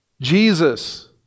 Jesus